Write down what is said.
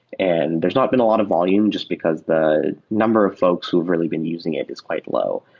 and there's not been a lot of volume just because the number of folks who've really been using it is quite low.